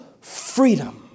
freedom